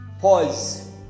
pause